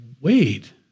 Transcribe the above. Wait